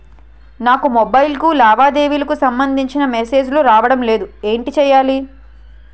నాకు మొబైల్ కు లావాదేవీలకు సంబందించిన మేసేజిలు రావడం లేదు ఏంటి చేయాలి?